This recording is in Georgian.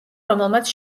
რომელმაც